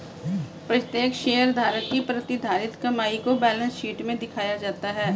प्रत्येक शेयरधारक की प्रतिधारित कमाई को बैलेंस शीट में दिखाया जाता है